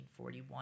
1941